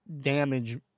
damage